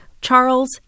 Charles